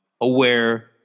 aware